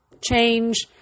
change